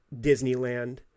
disneyland